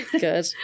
Good